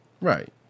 Right